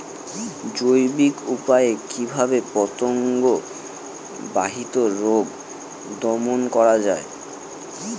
জৈবিক উপায়ে কিভাবে পতঙ্গ বাহিত রোগ দমন করা যায়?